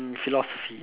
philosophy